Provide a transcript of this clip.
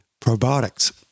probiotics